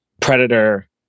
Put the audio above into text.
Predator